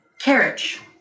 carriage